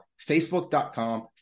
facebook.com